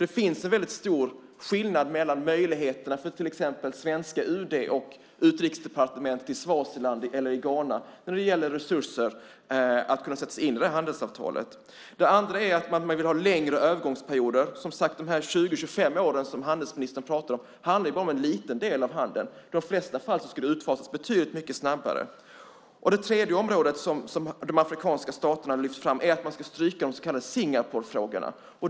Det finns en väldigt stor skillnad i möjligheterna för svenska UD och för utrikesdepartementet i Swaziland eller Ghana när det gäller resurser att sätta sig in i det här handelsavtalet. Det andra är att man vill ha längre övergångsperioder. De 20-25 år som handelsministern pratar om handlar bara en liten del av handeln. I de flesta fall skulle det utfasas betydligt mycket snabbare. Det tredje område som de afrikanska staterna har lyft fram är att man stryka så kallade Singaporefrågorna.